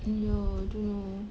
!aiyo! I don't know